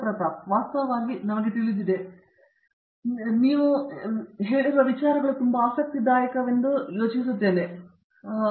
ಪ್ರತಾಪ್ ಹರಿಡೋಸ್ ವಾಸ್ತವವಾಗಿ ನನಗೆ ತಿಳಿದಿದೆ ಮತ್ತು ನಾನು ನಿಮ್ಮ ಬಗ್ಗೆ ತುಂಬಾ ಆಸಕ್ತಿದಾಯಕವೆಂದು ಯೋಚಿಸಿದ ಒಂದು ಬಿಂದುವನ್ನು ಅವರು ಇತರ ಪ್ರದೇಶಗಳ ಸಂಭಾಷಣೆಗಳಿಗೆ ಹಾಜರಾಗಬೇಕೆಂಬುದನ್ನು ನಾನು ಹೇಳಿದೆ